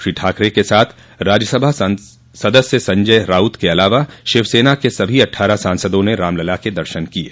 श्री ठाकरे के साथ राज्यसभा सदस्य संजय राउत के अलावा शिवसेना के सभी अट्ठारह सांसदों ने रामलला के दर्शन किये